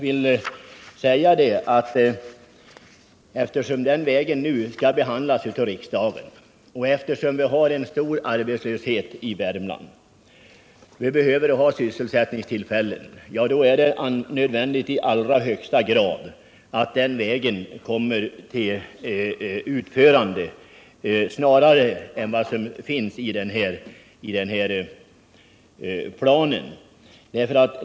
Frågan om den vägen kommer nu upp i regeringen, och eftersom arbetslösheten är stor i Värmland —- vi behöver sysselsättningstillfällen — är det i allra högsta grad nödvändigt att den vägen kommer till utförande tidigare än vad som anges i planen.